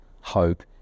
hope